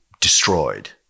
Destroyed